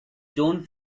john